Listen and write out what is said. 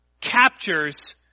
captures